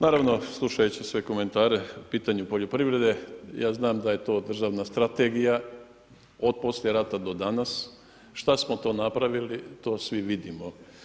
Naravno slušajući sve komentare u pitanju poljoprivrede, ja znam da je to državna strategija od poslije rata do danas, šta smo to napravili, to svi vidimo.